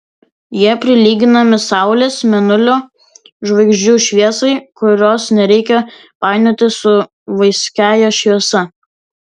jie prilyginami saulės mėnulio žvaigždžių šviesai kurios nereikia painioti su vaiskiąja šviesa